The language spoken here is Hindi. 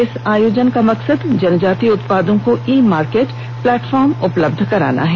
इस आयोजन का मकसद जनजातीय उत्पादों को ई मार्केट प्लेटफॉर्म उपलब्ध कराना है